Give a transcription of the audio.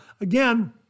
again